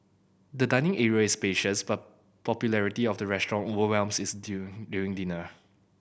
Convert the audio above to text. the dining area is spacious but popularity of the restaurant overwhelms is during dinner